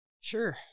sure